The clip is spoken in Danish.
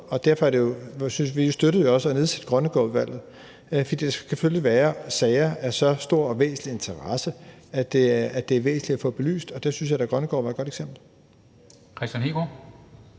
derfor støttede vi også at nedsætte Grønnegårdudvalget – hvor der selvfølgelig kan være sager af så stor og væsentlig interesse, at det er væsentligt at få tingene belyst, og der synes jeg da Grønnegård er et godt eksempel. Kl. 11:14 Formanden